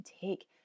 take